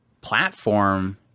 platform –